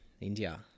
India